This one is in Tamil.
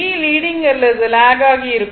V லீடிங் அல்லது லாக் ஆகி இருக்கும்